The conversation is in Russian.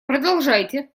продолжайте